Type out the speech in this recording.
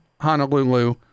Honolulu